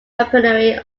weaponry